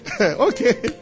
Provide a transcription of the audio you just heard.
Okay